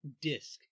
disc